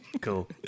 Cool